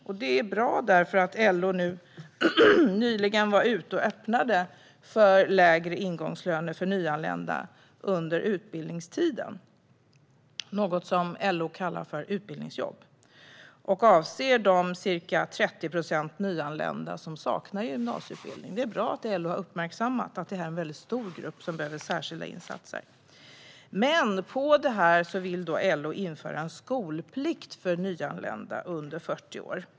Därför är det bra att LO nyligen öppnade för lägre ingångslöner för nyanlända under utbildningstiden. LO kallar det utbildningsjobb, och de ska gå till de ca 30 procent nyanlända som saknar gymnasieutbildning. Det är bra att LO uppmärksammar att detta är en stor grupp som behöver särskilda insatser. På detta vill LO införa en skolplikt för nyanlända under 40 år.